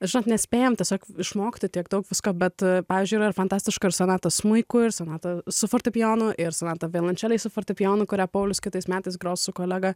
žinot nespėjam tiesiog išmokti tiek daug visko bet pavyzdžiui yra fantastiška ir sonatos smuikui ir sonata su fortepijonu ir sonatą violončelei su fortepijonu kurią paulius kitais metais gros su kolega